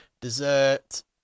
Dessert